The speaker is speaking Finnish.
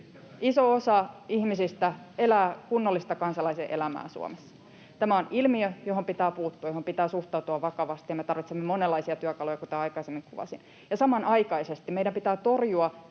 Iso osa ihmisistä elää kunnollista kansalaisen elämää Suomessa. Tämä on ilmiö, johon pitää puuttua, johon pitää suhtautua vakavasti, ja me tarvitsemme monenlaisia työkaluja, kuten aikaisemmin kuvasin, ja samanaikaisesti meidän pitää torjua